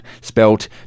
spelt